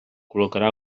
col·locarà